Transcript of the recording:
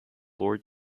lord